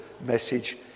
message